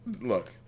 Look